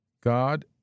God